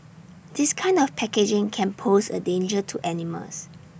this kind of packaging can pose A danger to animals